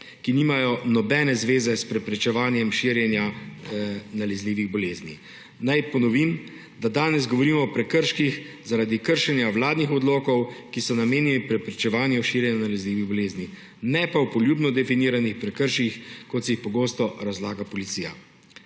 ki nimajo nobene zveze s preprečevanjem širjenja nalezljivih bolezni. Naj ponovim, da danes govorimo o prekrških zaradi kršenja vladnih odlokov, ki so namenjeni preprečevanju širjenja nalezljivih bolezni, ne pa o poljubno definiranih prekrških, kot si jih pogosto razlaga policija,